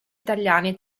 italiani